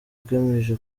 igamije